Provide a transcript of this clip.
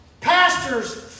Pastors